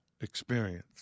experience